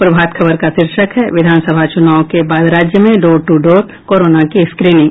प्रभात खबर का शीर्षक है विधानसभा चुनाव के बाद राज्य में डोर टू डोर कोरोना की स्क्रीनिंग